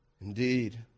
Indeed